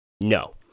No